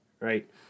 right